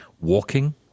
walking